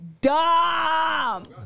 dumb